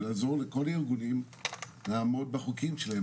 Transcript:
לעזור לכל הארגונים לעמוד בחוקים שלהם.